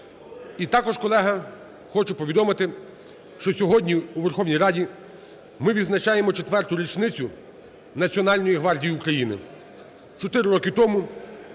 І також, колеги, хочу повідомити, що сьогодні у Верховній Раді ми відзначаємо четверту річницю Національної гвардії України.